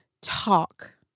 talk